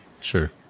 Sure